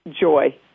joy